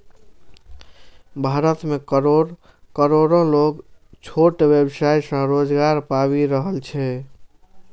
भारत मे करोड़ो लोग छोट व्यवसाय सं रोजगार पाबि रहल छै